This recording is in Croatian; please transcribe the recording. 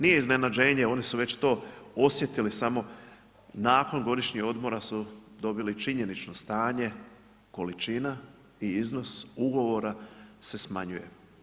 Nije iznenađenje, oni su već to osjetili samo nakon godišnjih odmora su dobili činjenično stanje, količina i iznos ugovora se smanjuje.